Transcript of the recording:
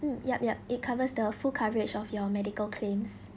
mm yup yup it covers the full coverage of your medical claims